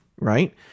right